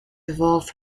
evolved